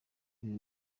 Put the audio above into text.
ibi